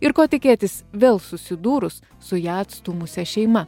ir ko tikėtis vėl susidūrus su ja atstūmusią šeima